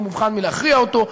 במובחן מלהכריע אותו,